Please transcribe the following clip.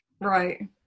Right